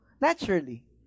naturally